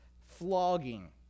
flogging